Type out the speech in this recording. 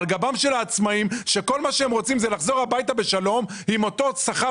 על גבם של העצמאים שכל מה שהם רוצים זה לחזור הביתה בשלום עם אותו שכר